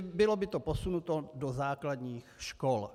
Bylo by to posunuto do základních škol.